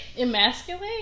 Emasculate